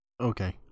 Okay